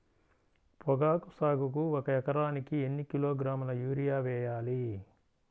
పొగాకు సాగుకు ఒక ఎకరానికి ఎన్ని కిలోగ్రాముల యూరియా వేయాలి?